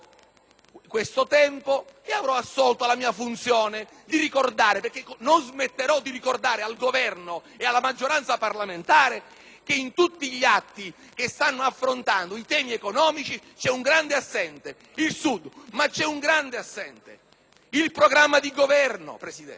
questo tempo e assolto alla mia funzione di ricordare. Non smetterò infatti di ricordare al Governo e alla maggioranza parlamentare che in tutti gli atti che stanno affrontando i temi economici c'è un grande assente, il Sud, ma c'è anche un altro grande assente: il programma di Governo. Amici